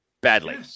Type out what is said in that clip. Badly